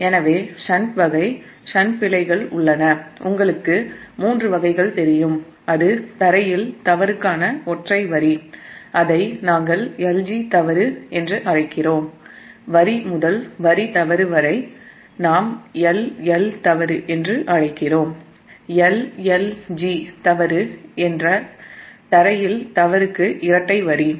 எனவே ஷன்ட் வகை ஷன்ட் பிழைகள் உள்ளன உங்களுக்கு மூன்று வகைகள் தெரியும் அது க்ரவுன்ட்யில் தவறுக்கான ஒற்றை வரி அதை நாம் L G தவறு என்று அழைக்கிறோம் வரி முதல் வரி தவறு வரை நாம் L L தவறு என்று அழைக்கிறோம் இரட்டை வரி தவறில் இருந்து க்ரவுன்ட்க்கு வரும் தவறு L L G தவறு ஆகும்